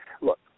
look